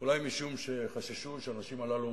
ואולי משום שחששו שהאנשים הללו